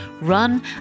run